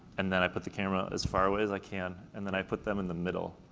and then i put the camera as far away as i can, and then i put them in the middle.